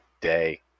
day